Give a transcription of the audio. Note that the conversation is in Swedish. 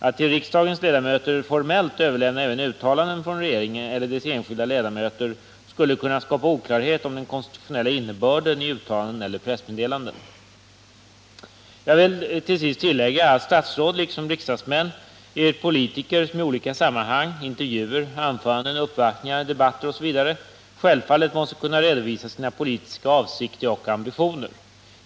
Att till riksdagens ledamöter formellt överlämna även uttalanden från regeringen eller dess enskilda ledamöter skulle kunna skapa oklarhet om den Jag vill tillägga att statsråd liksom riksdagsmän är politiker som i olika sammanhang -— intervjuer, anföranden, uppvaktningar, debatter m.m. — självfallet måste kunna redovisa sina politiska avsikter och ambitioner.